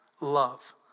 love